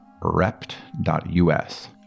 Rept.us